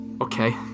Okay